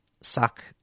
suck